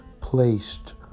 placed